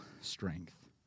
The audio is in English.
strength